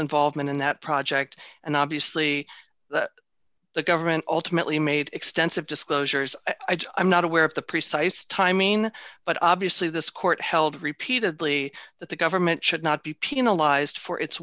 involvement in that project and obviously the government ultimately made extensive disclosures i've not aware of the precise timing but obviously this court held repeatedly that the government should not be penalized for its